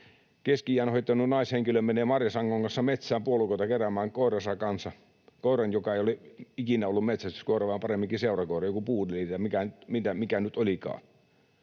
keski-iän ohittanut naishenkilö menee marjasangon kanssa metsään puolukoita keräämään koiransa kanssa, koiran, joka ei ole ikinä ollut metsästyskoira vaan paremminkin seurakoira, joku puudeli tai mikä nyt olikaan,